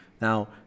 Now